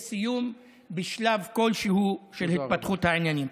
סיום בשלב כלשהו של התפתחות העניינים.